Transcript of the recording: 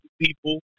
people